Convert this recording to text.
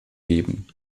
geben